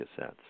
cassettes